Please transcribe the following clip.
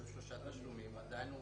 הוא שילם שלושה תשלומים; עדיין הוא